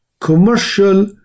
commercial